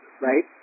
right